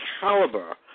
caliber